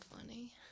funny